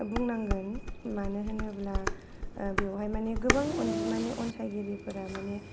बुंनांगोन मानो होनोब्ला बेवहाय माने गोबां अनजिमानि अनसायगिरिफोरा माने